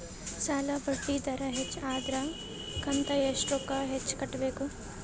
ಸಾಲಾ ಬಡ್ಡಿ ದರ ಹೆಚ್ಚ ಆದ್ರ ಕಂತ ಎಷ್ಟ ರೊಕ್ಕ ಹೆಚ್ಚ ಕಟ್ಟಬೇಕು?